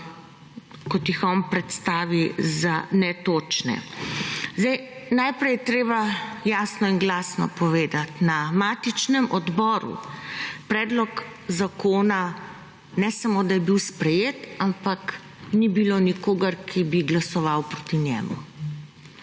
kot jih on predstavi, za netočne. Zdaj najprej je treba jasno in glasno povedat. Na matičnem odboru predlog zakona ne samo, da je bil sprejet, ampak ni bilo nikogar, ki bi glasoval proti njemu.